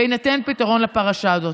ויינתן פתרון לפרשה הזאת.